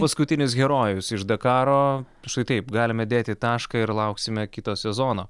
paskutinis herojus iš dakaro štai taip galime dėti tašką ir lauksime kito sezono